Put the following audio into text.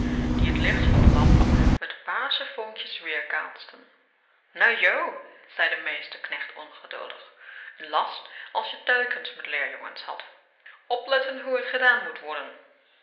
die t licht van de lamp met paarse vonkjes weerkaatsten nou j zei de meesterknecht ongeduldig n last as je telkens met leerjongens had opletten hoe t gedaan mot worden